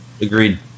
Agreed